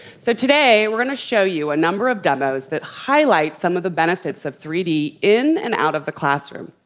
so today we're gonna show you a number of demos that highlight some of the benefits of three d in and out of the classroom.